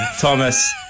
Thomas